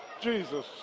Jesus